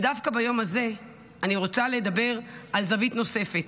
ודווקא ביום הזה אני רוצה לדבר על זווית נוספת,